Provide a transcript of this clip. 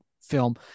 film